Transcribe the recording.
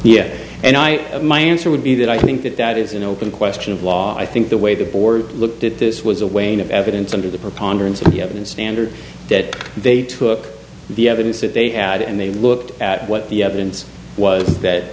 yet and i my answer would be that i think that that is an open question of law i think the way the board looked at this was a weight of evidence under the preponderance of the evidence standard that they took the evidence that they had and they looked at what the evidence was that